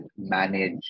manage